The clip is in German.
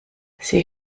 sie